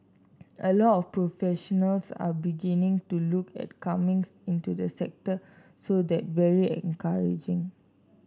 a lot professionals are beginning to look at comings into the sector so that very encouraging